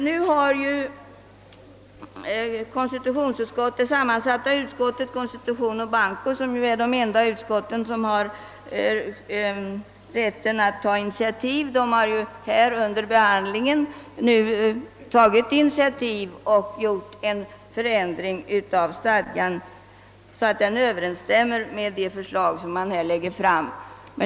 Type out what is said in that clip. Nu har sammansatta utskottet — konstitutionsoch bankoutskotten är ju de enda utskott vilka har rätt att ta initiativ — under behandlingen av detta ärende också tagit ett initiativ och gjort en förändring av stadgan så att denna överensstämmer med det förslag man här lägger fram.